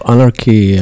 Anarchy